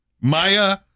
Maya